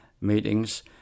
meetings